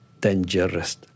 dangerous